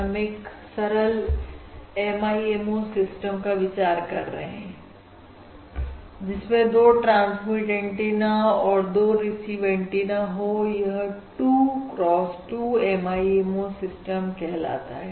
हम एक सरल MIMO सिस्टम का विचार कर रहे हैं जिसमें दो ट्रांसमिट एंटीना और दो रिसीव एंटीना हो यह 2 cross 2 MIMO सिस्टम कहलाता है